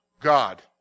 God